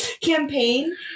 campaign